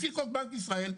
לפי חוק בנק ישראל,